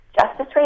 Justice